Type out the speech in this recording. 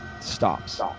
stops